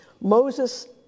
Moses